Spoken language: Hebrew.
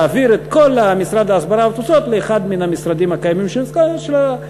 להעביר את כל משרד ההסברה והתפוצות לאחד מן המשרדים הקיימים של הממשלה,